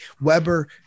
Weber